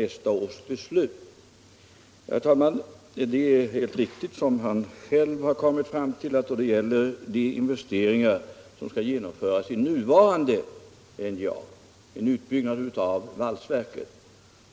Det är helt riktigt att vi, liksom också herr Burenstam Linder själv har kommit fram till, då det gäller de investeringar som skall genomföras i det nuvarande NJA för en utbyggnad av valsverket,